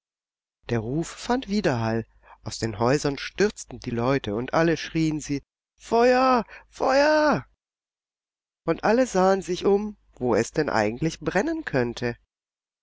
der ruf fand widerhall aus den häusern stürzten die leute und alle schrien sie feuer feuer und alle sahen sie sich um wo es denn eigentlich brennen könnte